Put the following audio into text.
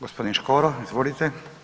Gospodin Škoro, izvolite.